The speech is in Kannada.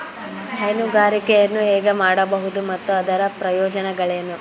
ಹೈನುಗಾರಿಕೆಯನ್ನು ಹೇಗೆ ಮಾಡಬಹುದು ಮತ್ತು ಅದರ ಪ್ರಯೋಜನಗಳೇನು?